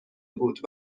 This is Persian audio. بود